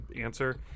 answer